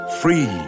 Free